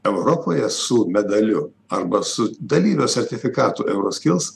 europoje su medaliu arba su dalyvio sertifikatu euro skils